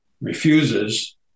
refuses